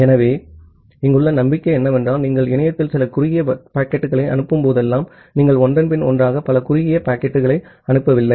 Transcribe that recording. ஆகவே இங்குள்ள நம்பிக்கை என்னவென்றால் நீங்கள் இணையத்தில் சில குறுகிய பாக்கெட்டுகளை அனுப்பும் போதெல்லாம் நீங்கள் ஒன்றன்பின் ஒன்றாக பல குறுகிய பாக்கெட்டுகளை அனுப்பவில்லை